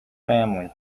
family